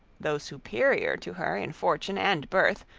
though superior to her in fortune and birth,